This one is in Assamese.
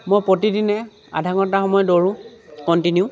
মই প্ৰতিদিনে আধা ঘণ্টা সময় দৌৰোঁ কণ্টিনিউ